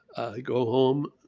i go home,